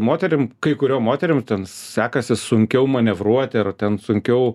moterim kai kuriom moterim sekasi sunkiau manevruoti ar ten sunkiau